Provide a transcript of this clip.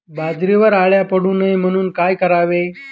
बाजरीवर अळ्या पडू नये म्हणून काय करावे?